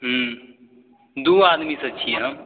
हुँ दू आदमी से छी हम